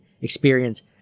experience